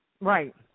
Right